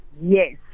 Yes